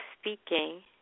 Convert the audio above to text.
speaking